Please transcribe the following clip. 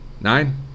Nine